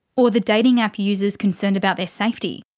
or the dating app users concerned about their safety?